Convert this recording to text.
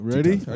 Ready